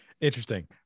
Interesting